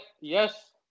yes